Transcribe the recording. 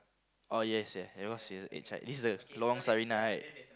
oh yes yes because she was inside this the long story night